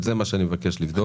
את זה אני מבקש לבדוק.